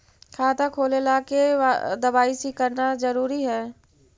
खाता खोले ला के दवाई सी करना जरूरी है?